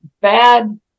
bad